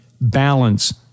balance